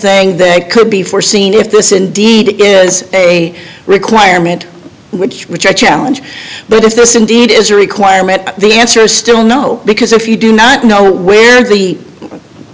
thing they could be foreseen if this indeed is a requirement which which i challenge but if this indeed is a requirement the answer is still no because if you do not know when the